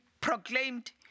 proclaimed